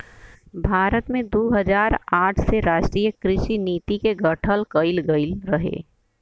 भारत में दू हज़ार आठ में राष्ट्रीय कृषि नीति के गठन कइल गइल रहे